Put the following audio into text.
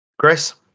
Chris